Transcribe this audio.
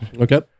okay